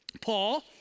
Paul